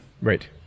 Right